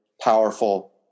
powerful